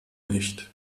nicht